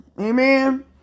amen